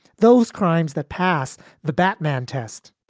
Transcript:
those crimes that pass the batman test